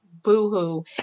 boo-hoo